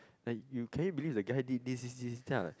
like you can you believe the guy did this this this then I like